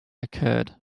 occurred